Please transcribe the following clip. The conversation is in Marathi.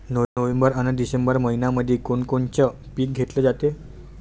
नोव्हेंबर अन डिसेंबर मइन्यामंधी कोण कोनचं पीक घेतलं जाते?